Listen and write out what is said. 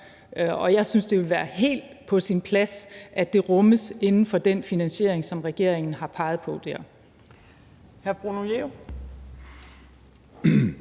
jeg synes, det ville være helt på sin plads, at det rummes inden for den finansiering, som regeringen har peget på her.